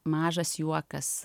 mažas juokas